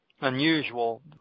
unusual